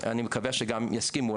אני מקווה שגם יסכימו.